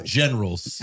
generals